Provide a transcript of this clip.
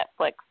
Netflix